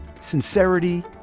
sincerity